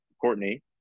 Courtney